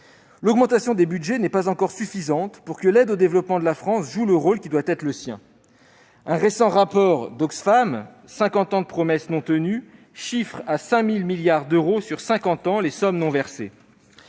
L'augmentation des budgets n'est pas encore suffisante pour que l'aide au développement de la France joue le rôle qui doit être le sien. Un récent rapport d'Oxfam intitulé « 50 ans de promesses non tenues » chiffre à 5 000 milliards d'euros sur cinquante ans les sommes non versées.